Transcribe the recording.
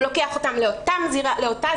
הוא לוקח אותן לאותה זירה.